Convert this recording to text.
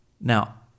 Now